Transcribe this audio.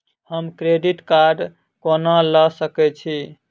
हम credit card कोना लऽ सकै छी?